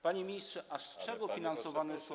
Panie ministrze, a z czego finansowane są.